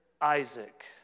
Isaac